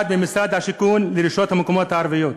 ממשרד השיכון לרשויות המקומיות הערביות.